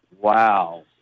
Wow